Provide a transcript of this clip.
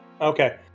Okay